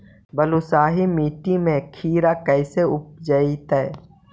बालुसाहि मट्टी में खिरा कैसे उपजतै?